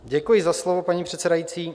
Děkuji za slovo, paní předsedající.